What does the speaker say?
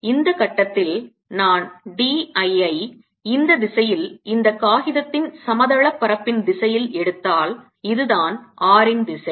எனவே இந்த கட்டத்தில் நான்d I ஐ இந்த திசையில் இந்த காகிதத்தின் சமதள பரப்பின் திசையில் எடுத்தால் இதுதான் r ன் திசை